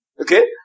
Okay